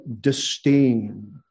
disdain